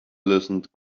listened